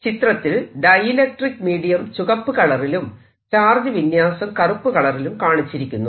ചിത്രത്തിൽ dielectric medium ചുകപ്പ് കളറിലും ചാർജ് വിന്യാസം കറുപ്പ് കളറിലും കാണിച്ചിരിക്കുന്നു